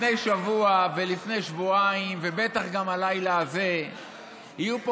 לפני שבוע ולפני שבועיים ובטח גם הלילה הזה יהיו פה